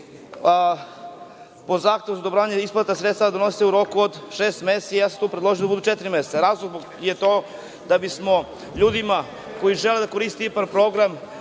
po zahtevu za odobravanje isplata sredstava donosi u roku od šest meseci, ja sam tu predložio da bude četiri meseca. Razlog za to je da bismo ljudima koji žele da koriste IPARD program,